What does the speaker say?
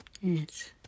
Yes